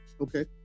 Okay